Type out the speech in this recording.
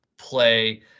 play